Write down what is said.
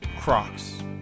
crocs